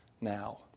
now